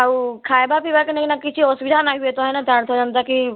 ଆଉ ଖାଏବା ପିଇବା କେ ନେଇକିନା କିଛି ଅସୁବିଧା ନାଇଁ ହୁଏତ ହେନେ ତା ଅର୍ଥ ଯେନ୍ତା କି